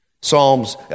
Psalms